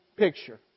picture